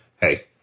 hey